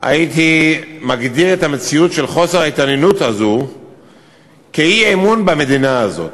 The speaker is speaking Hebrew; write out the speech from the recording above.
הייתי מגדיר את המציאות של חוסר ההתעניינות הזו כאי-אמון במדינה הזאת.